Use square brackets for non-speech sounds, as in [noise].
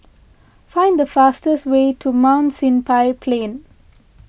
find the fastest way to Mount [unintelligible] Plain